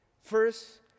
first